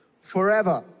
forever